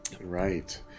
Right